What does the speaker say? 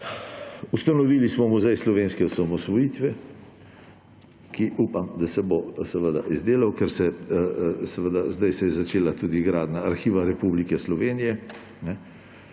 Ustanovili smo Muzej slovenske osamosvojitve, ki upam, da se bo izdelal, sedaj se je začela tudi gradnja Arhiva Republike Slovenije.